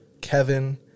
Kevin